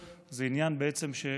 זה לא עניין של ימין ושמאל,